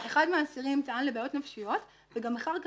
אחד מהאסירים טען לבעיות נפשיות וגם אחר כך,